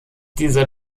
dieser